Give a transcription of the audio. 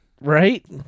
Right